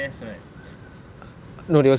oh tomorrow is it like straight after